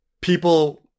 People